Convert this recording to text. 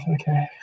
Okay